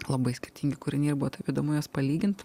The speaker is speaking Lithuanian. labai skirtingi kūriniai ir buvo taip įdomu juos palyginti